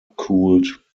cooled